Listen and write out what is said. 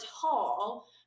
tall